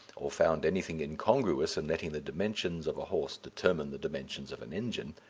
or found anything incongruous in letting the dimensions of a horse determine the dimensions of an engine.